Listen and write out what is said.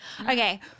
Okay